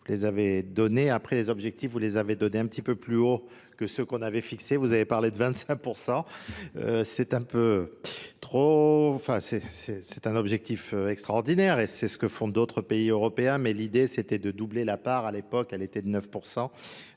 vous les avez donnés. Après les objectifs, vous les avez donnés un petit peu plus haut que ce qu'on avait fixé. Vous avez parlé de 25 %. C'est un objectif extraordinaire et c'est ce que font d'autres pays européens. Mais l'idée, c'était de doubler la part. À l'époque, elle était de 9 %.